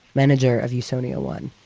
manager of usonia one.